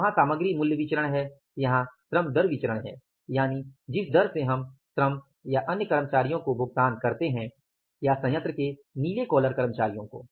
वहां सामग्री मूल्य विचरण है यहाँ श्रम दर विचरण है यानि जिस दर से हम श्रम या हमारे अन्य कर्मचारियों को भुगतान करते हैं या संयंत्र के नीले कॉलर कर्मचारियों को